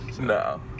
No